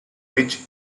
which